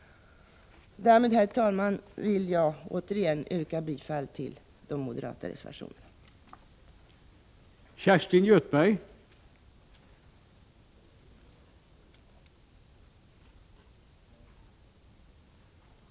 Med detta vill jag, herr talman, återigen yrka bifall till de moderata reservationerna.